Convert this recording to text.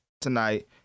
tonight